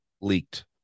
leaked